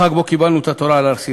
החג שבו קיבלנו את התורה על הר-סיני.